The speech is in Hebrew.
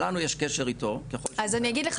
יש לנו קשר איתו --- אז אני אגיד לך